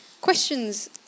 Questions